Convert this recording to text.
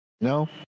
No